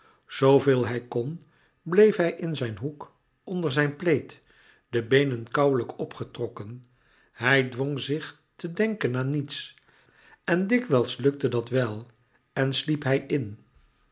veel hij kon bleef hij in zijn hoek onder zijn plaid de beenen kouwelijk opgetrokken hij dwong zich te denken aan niets en dikwijls lukte dat wel en sliep hij in